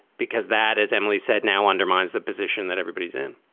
because that, as emily said, now undermines the position that everybody is in